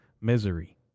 misery